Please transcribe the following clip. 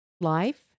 life